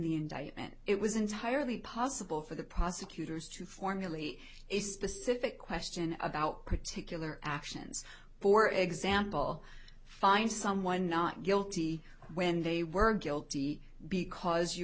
the indictment it was entirely possible for the prosecutors to formulate a specific question about particular actions for example find someone not guilty when they were guilty because you